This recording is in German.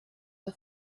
der